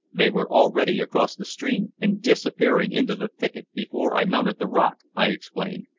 they were already across the stream, and disappearing into the thicket before i mounted the rock, i explained.